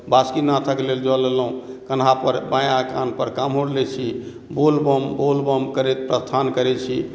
बासुकिनाथ के लेल जल लेलहुॅं कन्हा पर बायाँ कान्ह पर काँवर लै छी बोलबम बोलबम करैत प्रस्थान करै छी